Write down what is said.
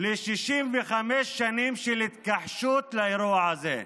ל-65 שנים של התכחשות לאירוע הזה.